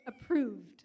approved